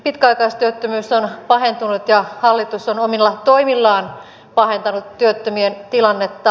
pitkäaikaistyöttömyys on pahentunut ja hallitus on omilla toimillaan pahentanut työttömien tilannetta